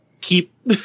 keep